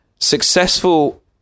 Successful